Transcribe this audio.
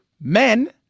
Men